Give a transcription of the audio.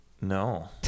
No